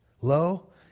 Lo